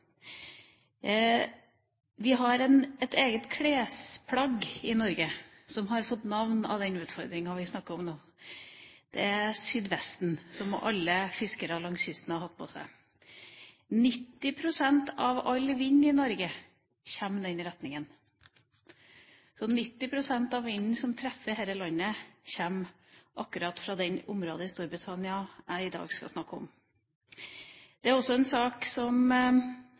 Vi har et eget klesplagg i Norge som har fått navn etter den store utfordringen vi snakker om. Det er sydvesten, som alle fiskere langs kysten har hatt på seg. 90 pst. av all vind i Norge kommer fra den retningen. Så 90 pst. av vinden som treffer dette landet, kommer fra akkurat det området i Storbritannia som jeg i dag skal snakke om. Dette er en sak som